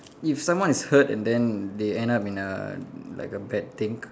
if someone is hurt and then they end up in a like a bad thing